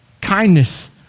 Kindness